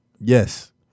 Yes